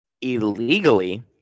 illegally